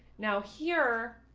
now here.